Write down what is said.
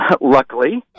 luckily